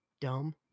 dumb